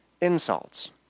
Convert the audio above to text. insults